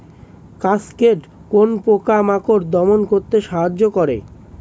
Cascade কোন পোকা মাকড় দমন করতে সাহায্য করে?